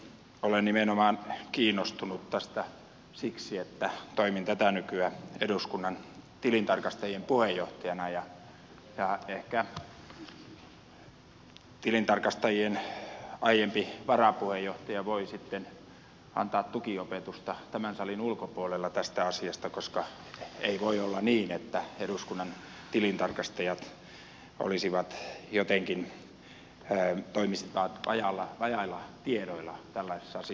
olen nimenomaan kiinnostunut tästä siksi että toimin tätä nykyä eduskunnan tilintarkastajien puheenjohtajana ja ehkä tilintarkastajien aiempi varapuheenjohtaja voi sitten antaa tukiopetusta tämän salin ulkopuolella tästä asiasta koska ei voi olla niin että eduskunnan tilintarkastajat toimisivat jotenkin vajailla tiedoilla tällaisessa asiassa